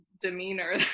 demeanor